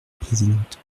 présidente